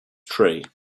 tree